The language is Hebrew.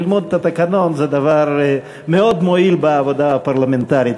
ללמוד את התקנון זה דבר מאוד מועיל בעבודה הפרלמנטרית.